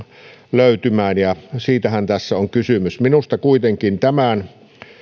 löytämään siitähän tässä on kysymys minusta kuitenkaan tämän